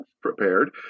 prepared